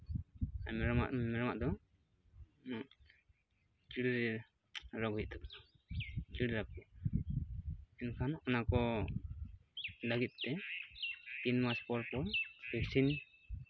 ᱢᱮᱨᱚᱢᱟᱜ ᱢᱮᱨᱚᱢᱟᱜ ᱫᱚ ᱪᱤᱲᱤᱨ ᱨᱳᱜᱽ ᱦᱩᱭᱩᱜ ᱛᱟᱠᱚᱣᱟ ᱪᱤᱲᱤᱨ ᱟᱠᱚ ᱮᱱᱠᱷᱟᱱ ᱚᱱᱟᱠᱚ ᱞᱟᱹᱜᱤᱫᱛᱮ ᱛᱤᱱ ᱢᱟᱥ ᱯᱚᱨ ᱯᱚᱨ ᱵᱷᱮᱠᱥᱤᱱ